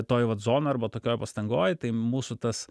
toj vat zonoj arba tokioj pastangoj tai mūsų tas